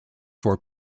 for